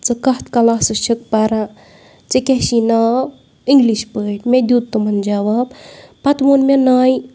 ژٕ کَتھ کَلاسَس چھِکھ پَران ژےٚ کیٛاہ چھِی ناو اِنٛگلِش پٲٹھۍ مےٚ دیُت تِمَن جواب پَتہٕ ووٚن مےٚ نانۍ